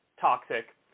toxic